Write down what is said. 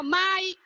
mai